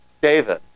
David